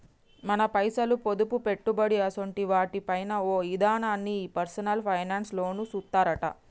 మన పైసలు, పొదుపు, పెట్టుబడి అసోంటి వాటి పైన ఓ ఇదనాన్ని ఈ పర్సనల్ ఫైనాన్స్ లోనే సూత్తరట